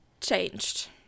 changed